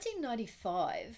1995